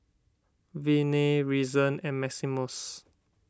Viney Reason and Maximus